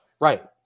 right